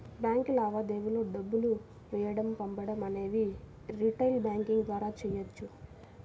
bank లావాదేవీలు డబ్బులు వేయడం పంపడం అనేవి రిటైల్ బ్యాంకింగ్ ద్వారా చెయ్యొచ్చు